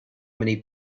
many